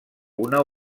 una